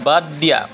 বাদ দিয়া